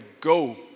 go